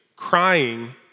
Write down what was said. crying